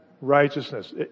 righteousness